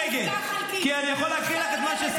אין לי מה להתייחס לזה בכלל.